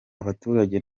abaturage